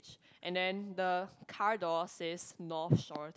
and then the car door says North Shore